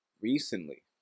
Recently